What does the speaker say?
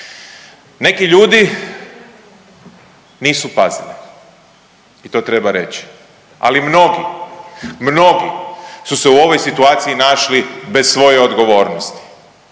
Neki ljudi nisu pazili i to treba reći, ali mnogi, mnogi su se u ovoj situaciji našli bez svoje odgovornosti.